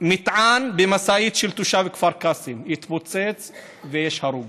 מטען במשאית של תושב כפר קאסם התפוצץ ויש הרוג.